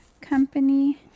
Company